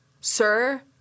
sir